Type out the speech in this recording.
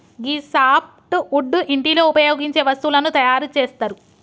గీ softwood ఇంటిలో ఉపయోగించే వస్తువులను తయారు చేస్తరు